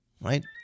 Right